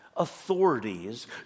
authorities